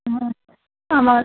আমার